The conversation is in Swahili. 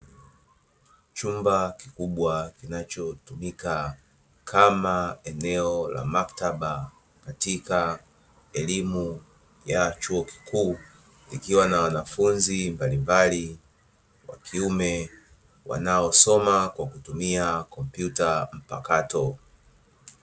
Chumba kikubwa kinachotumika eneo la maktaba wanaosoma kwa kutumia kompyuta mpakato